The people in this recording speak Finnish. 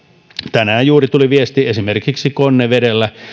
tänään juuri tuli viesti esimerkiksi konnevedellä